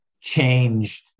changed